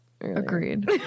Agreed